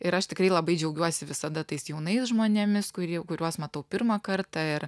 ir aš tikrai labai džiaugiuosi visada tais jaunais žmonėmis kurie kuriuos matau pirmą kartą ir